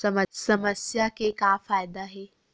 समस्या के का फ़ायदा हे?